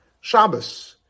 Shabbos